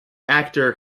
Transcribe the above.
actor